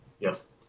Yes